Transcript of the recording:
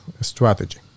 strategy